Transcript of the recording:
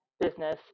business